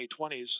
2020s